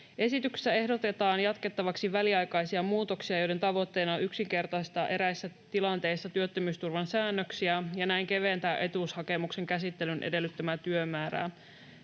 Esityksessä ehdotetaan jatkettavaksi väliaikaisia muutoksia, joiden tavoitteena on yksinkertaistaa eräissä tilanteissa työttömyysturvan säännöksiä ja näin keventää etuushakemuksen käsittelyn edellyttämää työmäärää.